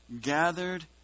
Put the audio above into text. gathered